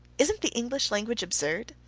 isn't the english language absurd?